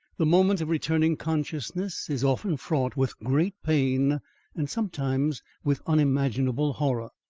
the moment of returning consciousness is often fraught with great pain and sometimes with unimaginable horror.